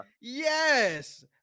Yes